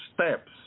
steps